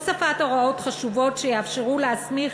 הוספת הוראות חשובות שיאפשרו להסמיך